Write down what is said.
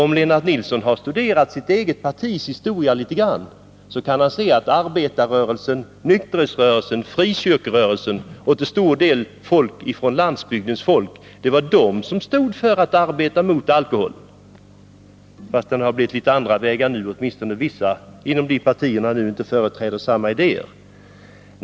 Om Lennart Nilsson har studerat sitt eget partis historia, så har han sett att det var arbetarrörelsen, nykterhetsrörelsen, frikyrkorörelsen och till stor del också landsbygdens folk som motarbetade användningen av alkohol, fastän vägarna har blivit litet andra och man åtminstone inom vissa av partierna nu inte företräder samma idéer.